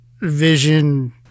Vision